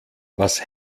was